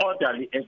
orderly